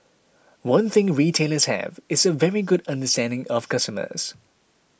one thing retailers have is a very good understanding of customers